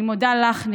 אני מודה לך,